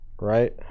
right